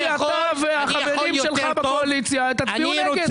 אשמח שאתה והחברים שלך בקואליציה תצביעו נגד.